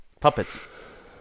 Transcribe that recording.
Puppets